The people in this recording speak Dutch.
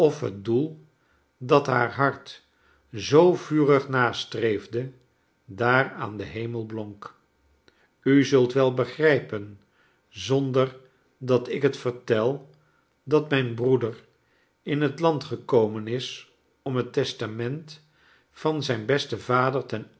het doel dat haar hart zoo vufig nastreefde daar aan den hemel blonk u zult wel begrijpen zonder dat ik het vertelj dat mijn broeder in het land gekomen is om het testament van zijn besten vader